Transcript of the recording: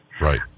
Right